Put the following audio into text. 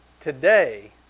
Today